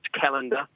calendar